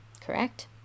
correct